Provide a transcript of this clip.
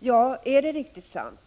Ja, är det riktigt sant?